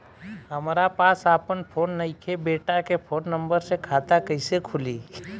हमरा पास आपन फोन नईखे बेटा के फोन नंबर से खाता कइसे खुली?